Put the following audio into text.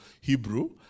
Hebrew